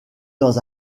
dans